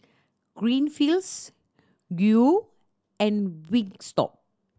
Greenfields Qoo and Wingstop